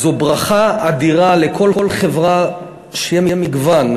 זו ברכה אדירה לכל חברה שיהיה בה מגוון,